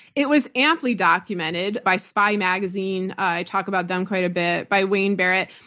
it was amply documented by spy magazine. i talk about them quite a bit. by wayne barrett.